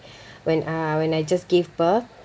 when uh when I just gave birth